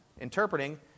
interpreting